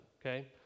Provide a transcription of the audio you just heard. okay